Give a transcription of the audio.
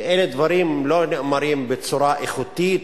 ואלה דברים שלא נאמרים בצורה איכותית,